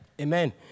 Amen